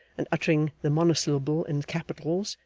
and uttering the monosyllable in capitals,